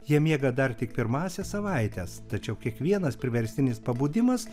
jie miega dar tik pirmąsias savaites tačiau kiekvienas priverstinis pabudimas